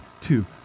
two